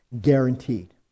Guaranteed